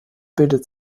bildet